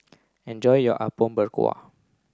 enjoy your Apom Berkuah